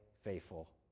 faithful